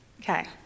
Okay